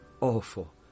awful